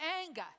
anger